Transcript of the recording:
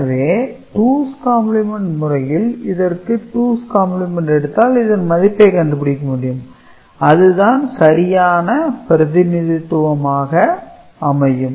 எனவே 2's complement முறையில் இதற்கு மேலும் 2's கம்பிளிமெண்ட் எடுத்தால் இதன் மதிப்பை கண்டுபிடிக்க முடியும் அதுதான் சரியான பிரதிநிதித்துவமாக அமையும்